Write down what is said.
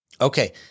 Okay